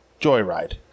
Joyride